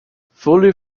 fully